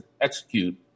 execute